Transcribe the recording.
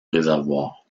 réservoir